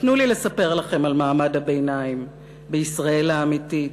תנו לי לספר לכם על מעמד הביניים בישראל האמיתית.